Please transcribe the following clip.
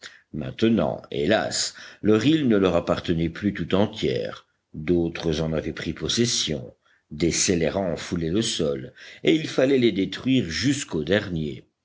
maintenant hélas leur île ne leur appartenait plus tout entière d'autres en avaient pris possession des scélérats en foulaient le sol et il fallait les détruire jusqu'au dernier